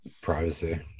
privacy